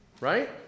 Right